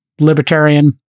libertarian